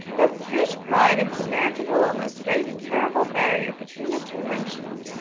thus jewish pride and samaritan littleness raised a terrible barrier between the two nations,